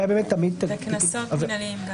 להבנתנו זה בפנים, וקנסות מינהליים גם כן.